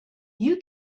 you